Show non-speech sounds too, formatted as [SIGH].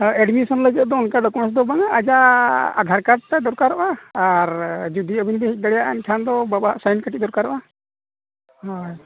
ᱦᱳᱭ ᱮᱰᱢᱤᱥᱚᱱ ᱞᱟᱹᱜᱤᱫ ᱫᱚ ᱚᱱᱠᱟᱫᱚ [UNINTELLIGIBLE] ᱫᱚ ᱵᱟᱝᱼᱟ ᱟᱡᱟᱜ ᱟᱫᱷᱟᱨ ᱠᱟᱨᱰ ᱛᱮᱫ ᱫᱚᱨᱠᱟᱨᱚᱜᱼᱟ ᱟᱨ ᱡᱩᱫᱤ ᱟᱹᱵᱤᱱᱵᱤᱱ ᱦᱮᱡ ᱫᱟᱲᱮᱭᱟᱜᱼᱟ ᱮᱱᱠᱷᱟᱱ ᱫᱚ ᱵᱟᱵᱟᱣᱟᱜ ᱥᱟᱭᱤᱱ ᱠᱟᱹᱴᱤᱡ ᱫᱚᱨᱠᱟᱨᱚᱜᱼᱟ ᱦᱳᱭ